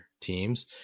teams